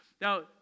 Now